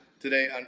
today